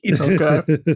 Okay